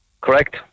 Correct